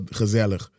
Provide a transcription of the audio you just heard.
gezellig